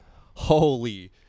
holy